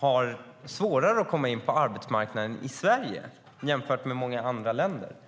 har svårare att komma in på arbetsmarknaden i Sverige än i många andra länder.